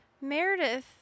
Meredith